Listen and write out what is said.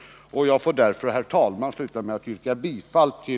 Jag får därför, herr talman, sluta med att yrka bifall